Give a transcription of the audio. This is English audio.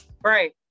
Right